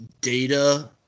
data